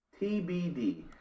TBD